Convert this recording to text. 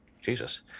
jesus